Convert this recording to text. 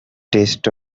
taste